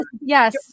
Yes